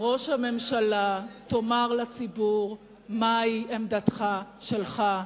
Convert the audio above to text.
ראש הממשלה, תאמר לציבור מהי עמדתך שלך.